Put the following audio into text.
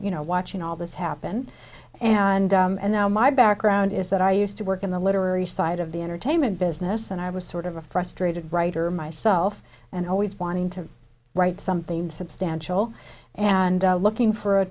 you know watching all this happen and now my background is that i used to work in the literary side of the entertainment business and i was sort of a frustrated writer myself and always wanting to write something substantial and looking for a